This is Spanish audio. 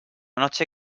noche